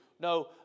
No